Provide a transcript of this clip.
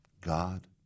God